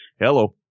Hello